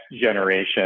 generation